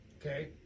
Okay